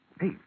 Hey